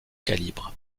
calibre